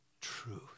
truth